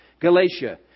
Galatia